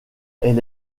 elle